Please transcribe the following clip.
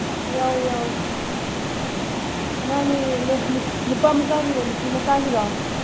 ꯌꯥꯎꯋꯦ ꯌꯥꯎꯋꯦ ꯑꯉꯥꯡꯒꯤ ꯅꯨꯄꯥ ꯃꯆꯥꯒꯤꯔꯣ ꯅꯨꯄꯤ ꯃꯆꯥꯒꯤꯔꯣ